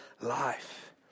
life